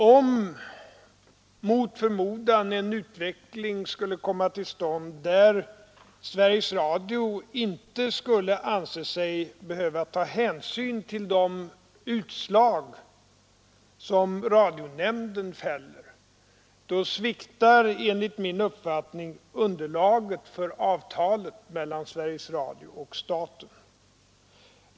Om vi mot förmodan skulle få en utveckling där Sveriges Radio inte anser sig behöva ta hänsyn till radionämndens utslag, så sviktar enligt min mening underlaget för avtalet mellan Sveriges Radio och staten.